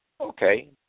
okay